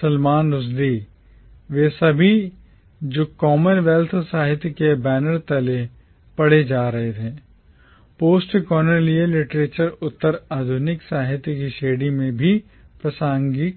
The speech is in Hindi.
Salman Rushdie सलमान रुश्दी वे सभी जो कॉमनवेल्थ साहित्य के बैनर तले पढ़े जा रहे थे postcolonial literature उत्तर आधुनिक साहित्य की श्रेणी में भी प्रासंगिक थे